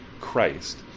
Christ